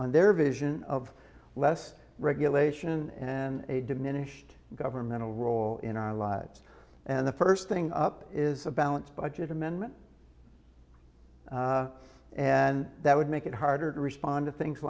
on their vision of less regulation and a diminished governmental role in our lives and the first thing up is a balanced budget amendment and that would make it harder to respond to things